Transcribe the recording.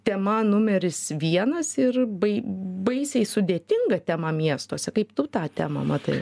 tema numeris vienas ir bai baisiai sudėtinga tema miestuose kaip tu tą temą matai